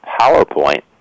PowerPoint